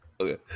Okay